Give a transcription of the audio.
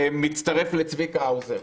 כמצטרף לצביקה האוזר,